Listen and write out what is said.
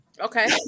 Okay